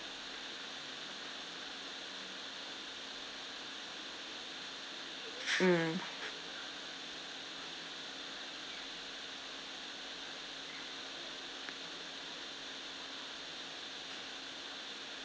mm